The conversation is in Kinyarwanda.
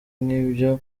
nk’ibyo